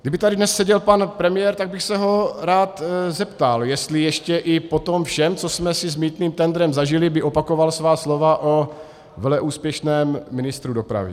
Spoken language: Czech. Kdyby tady dnes seděl pan premiér, tak bych se ho rád zeptal, jestli by ještě i po tom všem, co jsme si s mýtným tendrem zažili, opakoval svá slova o veleúspěšném ministru dopravy.